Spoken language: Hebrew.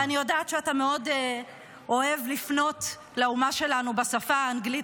-- שאתה מאוד אוהב לפנות לאומה שלנו בשפה האנגלית,